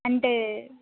అంటే